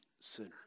sinner